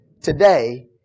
today